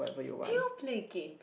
still play game